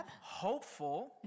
Hopeful